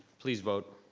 please vote.